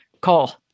call